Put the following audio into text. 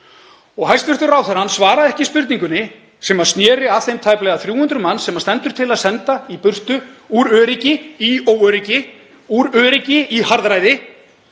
Hæstv. ráðherra svaraði ekki spurningunni, sem sneri að þeim tæplega 300 manns sem stendur til að senda í burtu úr öryggi í óöryggi, úr öryggi í harðræði,